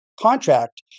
contract